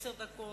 עשר דקות.